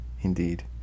indeed